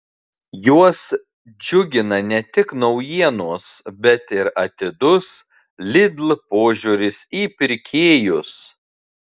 juos džiugina ne tik naujienos bet ir atidus lidl požiūris į pirkėjus